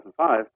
2005